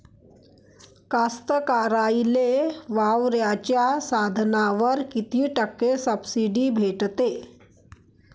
कास्तकाराइले वावराच्या साधनावर कीती टक्के सब्सिडी भेटते?